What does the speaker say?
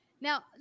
Now